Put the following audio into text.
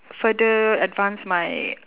further advance my